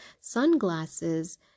sunglasses